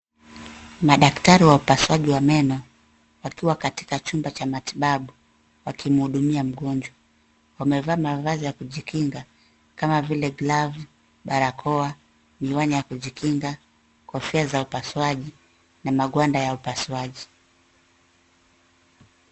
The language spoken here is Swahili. Madaktari wa upasuaji wa meno wakiwa katika chumba cha matibabu wakimhudumia mgonjwa. Wamevaa mavazi ya kujikinga kama vile glavu, barakoa, miwani ya kujikinga, kofia za upasuaji na magwanda ya upasuaji.